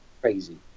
crazy